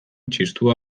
txistua